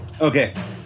Okay